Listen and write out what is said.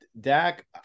Dak